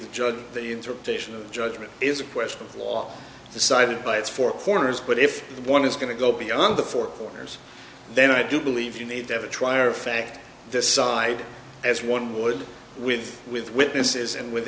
judge the interpretation of the judgment is a question of law decided by its four corners but if one is going to go beyond the four corners then i do believe you need to have a trier of fact decide as one would with with witnesses and with